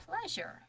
pleasure